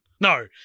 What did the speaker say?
No